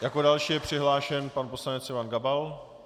Jako další je přihlášen pan poslanec Ivan Gabal.